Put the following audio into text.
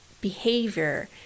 behavior